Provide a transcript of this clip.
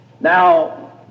Now